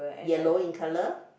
yellow in colour